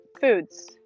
foods